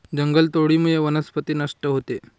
जंगलतोडीमुळे वनस्पती नष्ट होते